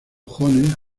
jones